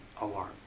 alarm